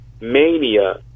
mania